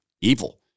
evil